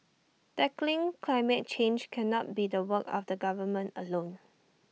tackling climate change cannot be the work of the government alone